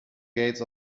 gates